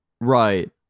Right